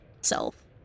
self